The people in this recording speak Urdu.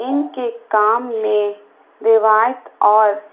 ان کے کام میں روایت اور